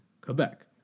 Quebec